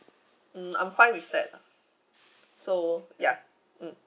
mm I'm fine with that lah so ya mm